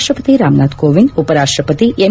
ರಾಷ್ಟ ಪತಿ ರಾಮನಾಥ್ ಕೋವಿಂದ್ ಉಪರಾಷ್ಟ್ರಪತಿ ಎಂ